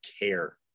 care